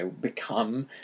become